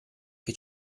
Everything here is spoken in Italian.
che